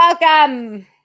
welcome